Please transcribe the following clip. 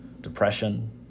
depression